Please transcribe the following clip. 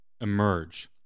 emerge